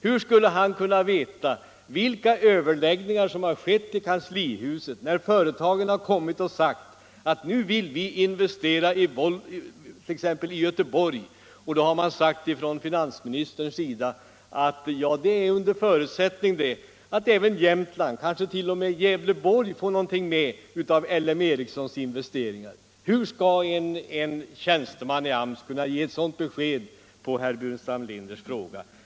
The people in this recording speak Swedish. Hur skulle han kunna veta vilka överläggningar som har ägt rum i kanslihuset, när representanter för företagen anmält att de vill investera t.ex. i Göteborg och finansministern har sagt att det i så fall blir under förutsättning att även Jämtland — kanske t.o.m. Gävleborg — får någonting med av investeringarna? Hur skall en tjänsteman i AMS kunna ge ett sådant besked som herr Burenstam Linder efterlyste?